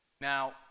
Now